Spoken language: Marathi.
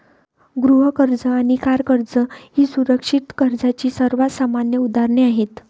गृह कर्ज आणि कार कर्ज ही सुरक्षित कर्जाची सर्वात सामान्य उदाहरणे आहेत